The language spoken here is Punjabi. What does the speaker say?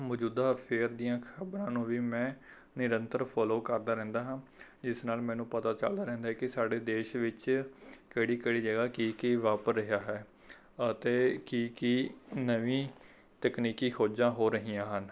ਮੌਜੂਦਾ ਅਫੇਅਰ ਦੀਆਂ ਖਬਰਾਂ ਨੂੰ ਵੀ ਮੈਂ ਨਿਰੰਤਰ ਫ਼ੋਲੋ ਕਰਦਾ ਰਹਿੰਦਾ ਹਾਂ ਜਿਸ ਨਾਲ ਮੈਨੂੰ ਪਤਾ ਚੱਲਦਾ ਰਹਿੰਦਾ ਹੈ ਕਿ ਸਾਡੇ ਦੇਸ਼ ਵਿੱਚ ਕਿਹੜੀ ਕਿਹੜੀ ਜਗ੍ਹਾ ਕੀ ਕੀ ਵਾਪਰ ਰਿਹਾ ਹੈ ਅਤੇ ਕੀ ਕੀ ਨਵੀਂ ਤਕਨੀਕੀ ਖੋਜਾਂ ਹੋ ਰਹੀਆਂ ਹਨ